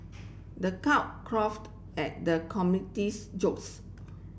the at the comedian's jokes